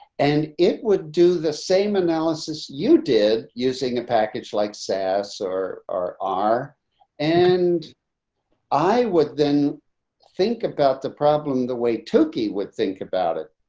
and it would do the same analysis you did using a package like sas or r. and i would then think about the problem the way tookie would think about it.